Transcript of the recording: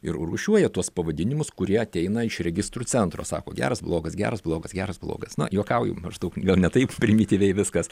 ir rūšiuoja tuos pavadinimus kurie ateina iš registrų centro sako geras blogas geras blogas geras blogas na juokauju maždaug gal ne taip primityviai viskas